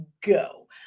go